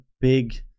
big